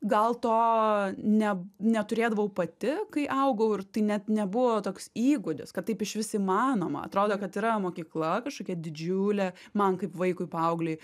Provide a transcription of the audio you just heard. gal to ne neturėdavau pati kai augau ir tai net nebuvo toks įgūdis kad taip išvis įmanoma atrodo kad yra mokykla kažkokia didžiulė man kaip vaikui paauglei